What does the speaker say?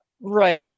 Right